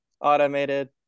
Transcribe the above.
automated